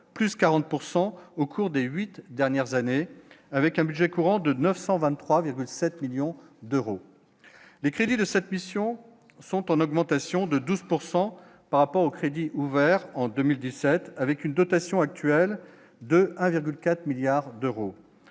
pourcent au cours de 8 dernières années avec un budget courant de 923,7 millions d'euros, les crédits de cette mission sont en augmentation de 12 pourcent par rapport au ouvert en 2017 avec une dotation actuelle de 1,4 milliards d'euros